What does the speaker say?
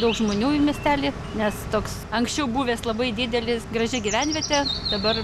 daug žmonių į miestelį nes toks anksčiau buvęs labai didelis graži gyvenvietė dabar